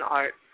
art